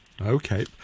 Okay